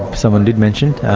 someone did mention it,